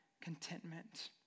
contentment